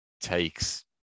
takes